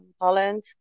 Holland